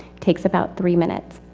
takes about three minutes.